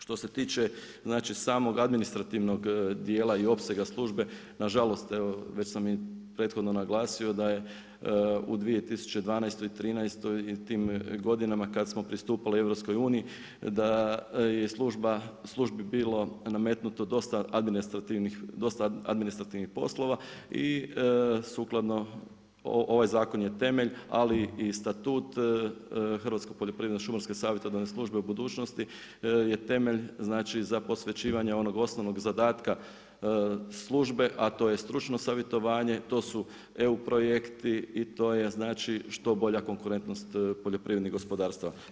Što se tiče znači samoga administrativnog dijela i opsega službe, nažalost, već sam i prethodno naglasio, da je u 2012., 2013. i tim godinama kada smo pristupali EU, da je službi bio nametnuto dosta administrativnih poslova i sukladno, ovaj zakon je temelj, ali i statut Hrvatsko poljoprivredno-šumarske savjetodavne službi u budućnosti, je temelj za posvećivanje onog osnovnog zadataka službe, a to je stručno savjetovanje, to su EU projekti i to je što bolja konkurentnost poljoprivrednih gospodarstava.